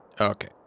Okay